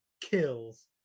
kills